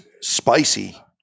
spicy